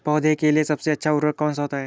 पौधे के लिए सबसे अच्छा उर्वरक कौन सा होता है?